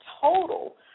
total